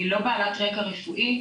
היא לא בעלת רקע רפואי,